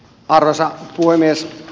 arvoisa puhemies